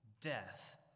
death